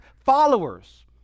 followers